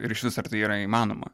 ir išvis ar tai yra įmanoma